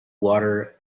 water